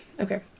okay